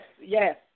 yes